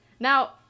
Now